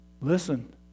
Listen